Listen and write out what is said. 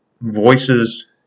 voices